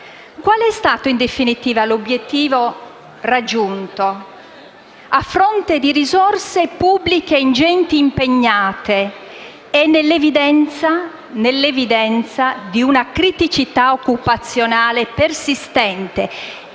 Qual è stato in definitiva l'obiettivo raggiunto a fronte delle ingenti risorse pubbliche impegnate e nell'evidenza di una criticità occupazionale persistente